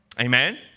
Amen